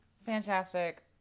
fantastic